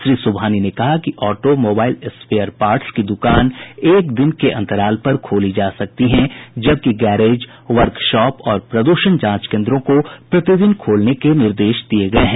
श्री सुबहानी ने कहा कि ऑटो मोबाईल्स स्पेयर पार्टस की दुकान एक दिन के अंतराल पर खोली जा सकती हैं जबकि गैरेज वर्कशाप और प्रद्रषण जांच केन्द्रों को प्रतिदिन खोलने का निर्देश दिया गया है